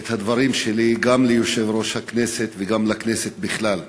את דברי גם ליושב-ראש הכנסת וגם לכנסת בכלל.